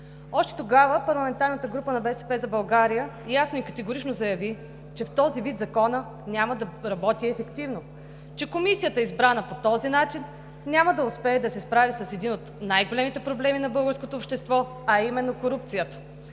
Още тогава парламентарната група на „БСП за България“ ясно и категорично заяви, че в този вид Законът няма да работи ефективно, че Комисията, избрана по този начин, няма да успее да се справи с един от най-големите проблеми на българското общество, а именно корупцията.